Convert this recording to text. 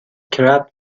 کرپ